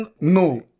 No